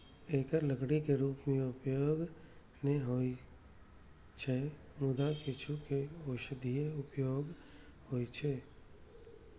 एकर लकड़ी के रूप मे उपयोग नै होइ छै, मुदा किछु के औषधीय उपयोग होइ छै